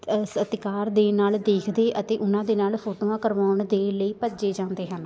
ਸਤਿਕਾਰ ਦੇ ਨਾਲ ਦੇਖਦੇ ਅਤੇ ਉਹਨਾਂ ਦੇ ਨਾਲ ਫੋਟੋਆਂ ਕਰਵਾਉਣ ਦੇ ਲਈ ਭੱਜੇ ਜਾਂਦੇ ਹਨ